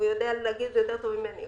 הוא יודע להגיד את זה יותר טוב ממני.